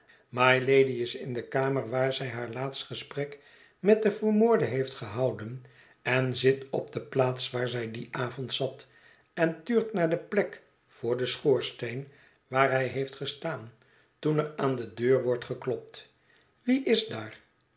mylady is in de kamer waar zij haar laatst gesprek met den vermoorde heeft gehouden en zit op de plaats waar zij dien avond zat en tuurt naar de plek voor den schoorsteen waar hij heeft gestaan toen er aan de deur wordt geklopt wie is daar